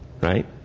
Right